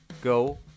Go